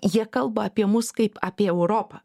jie kalba apie mus kaip apie europą